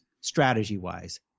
Strategy-wise